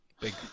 big